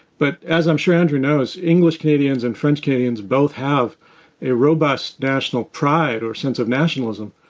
but as i'm sure andrew knows, english canadians and french canadians both have a robust national pride or sense of nationalism.